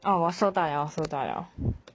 oh 我收到了我收到了